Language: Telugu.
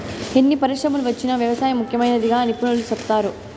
ఎన్ని పరిశ్రమలు వచ్చినా వ్యవసాయం ముఖ్యమైనదిగా నిపుణులు సెప్తారు